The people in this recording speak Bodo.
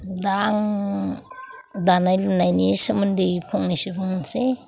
दा आं दानाय लुनायनि सोमोन्दै फंनैसो बुंनोसै